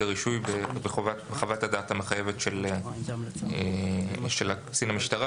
הרישוי וחוות הדעת המחייבת של קצין המשטרה.